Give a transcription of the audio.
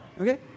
Okay